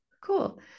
Cool